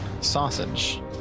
Sausage